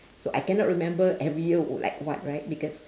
so I cannot remember every year would like what right because